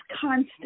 constant